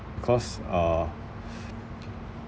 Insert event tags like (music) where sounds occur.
cause uh (noise)